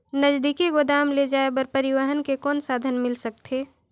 नजदीकी गोदाम ले जाय बर परिवहन के कौन साधन मिल सकथे?